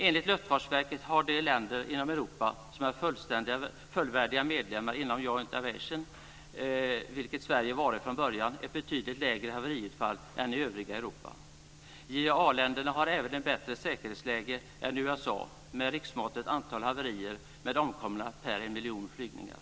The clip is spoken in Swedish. Enligt Luftfartsverket har de länder inom Europa som är fullvärdiga medlemmar i Joint Aviation Authority, vilket Sverige varit från början, ett betydlig lägre haveriutfall än övriga Europa. JAA-länderna har även ett bättre säkerhetsläge än USA när det gäller antalet haverier med omkomna per en miljon flygningar.